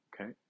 okay